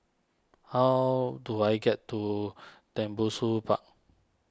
how do I get to Tembusu Park